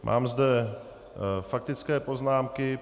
Mám zde faktické poznámky.